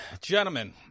Gentlemen